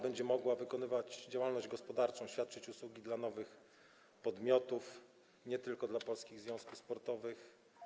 Będzie ona mogła prowadzić działalność gospodarczą, świadczyć usługi dla nowych podmiotów, nie tylko dla polskich związków sportowych.